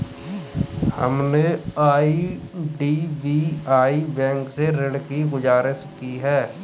हमने IDBI bank से ऋण की गुजारिश की है